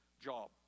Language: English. job